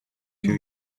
two